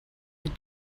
had